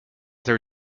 their